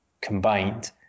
combined